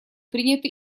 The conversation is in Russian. приняты